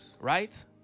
Right